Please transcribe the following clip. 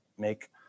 make